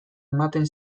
ematen